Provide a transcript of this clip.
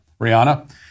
Rihanna